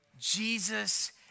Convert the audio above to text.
Jesus